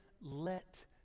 let